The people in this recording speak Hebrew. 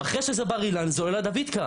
אחרי שזה בר אילן זה עולה לדוידקה.